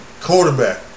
quarterback